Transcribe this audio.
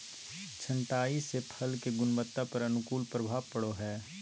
छंटाई से फल के गुणवत्ता पर अनुकूल प्रभाव पड़ो हइ